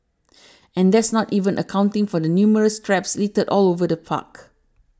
and that's not even accounting for the numerous traps littered all over the park